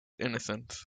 innocence